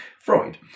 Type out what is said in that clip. Freud